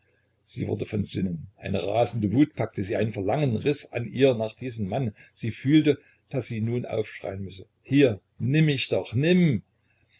sie wurde von sinnen eine rasende wut packte sie ein verlangen riß an ihr nach diesem mann sie fühlte daß sie nun aufschreien müsse hier nimm mich doch nimm